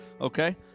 okay